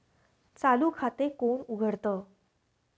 चालू खाते कोण उघडतं?